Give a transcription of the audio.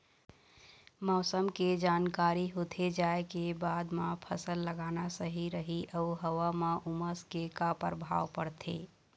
मौसम के जानकारी होथे जाए के बाद मा फसल लगाना सही रही अऊ हवा मा उमस के का परभाव पड़थे?